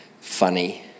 funny